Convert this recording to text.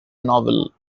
novel